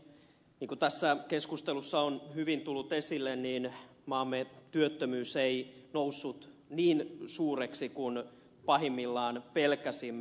niin kuin tässä keskustelussa on hyvin tullut esille maamme työttömyys ei noussut niin suureksi kuin pahimmillaan pelkäsimme